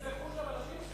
נרצחו שם אנשים,